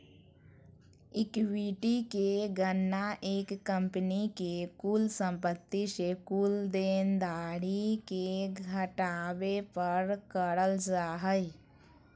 equity के गणना एक कंपनी के कुल संपत्ति से कुल देनदारी के घटावे पर करल जा हय